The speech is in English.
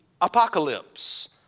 apocalypse